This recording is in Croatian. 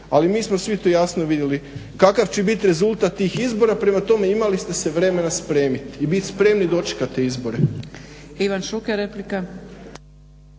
ali mi smo svi to jasno vidjeli kakav će bit rezultat tih izbora, prema tome imali ste se vremena spremiti i bit spremni, dočekati izbori.